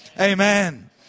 amen